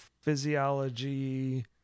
physiology